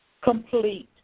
complete